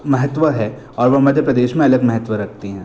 महत्व है और वो मध्य प्रदेश में अलग महत्व रखती हैं